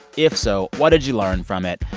if so, what did you learn from it?